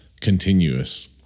continuous